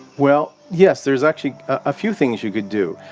well yes, there's actually a few things you could do.